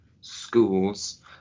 schools